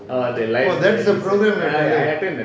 that's a problem